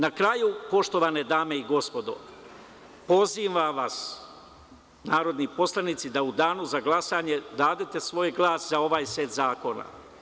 Na kraju, poštovane dame i gospodo, pozivam vas, narodni poslanici, da u danu za glasanje date svoj glas za ovaj set zakona.